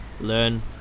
Learn